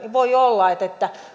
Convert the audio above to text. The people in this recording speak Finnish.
voi olla että että